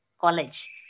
college